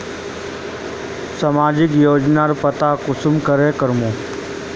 सामाजिक योजनार पता कुंसम करे करूम?